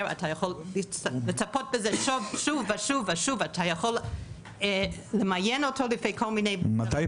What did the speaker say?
אתה יכול לצפות בזה שוב ושוב למיין אותו לפי כל מיני --- מתי